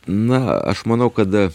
na aš manau kada